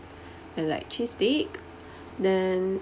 and like cheese steak then